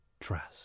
trust